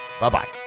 Bye-bye